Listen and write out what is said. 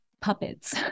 puppets